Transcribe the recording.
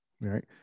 Right